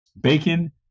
Bacon